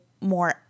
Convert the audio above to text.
more